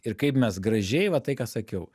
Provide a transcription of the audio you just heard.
ir kaip mes gražiai va tai ką sakiau